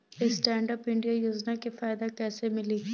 Stand up India योजना के फायदा कैसे मिली?